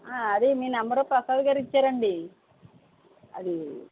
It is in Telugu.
అదే మీ నంబరు ప్రసాద్ గారు ఇచ్చారు అండి అది